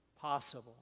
possible